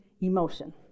emotion